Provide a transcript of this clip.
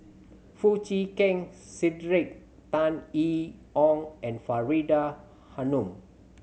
Foo Chee Keng Cedric Tan Yee Hong and Faridah Hanum